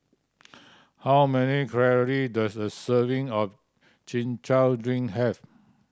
how many calorie does a serving of Chin Chow drink have